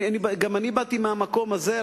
גם אני באתי מהמקום הזה.